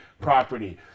property